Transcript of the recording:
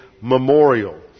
memorial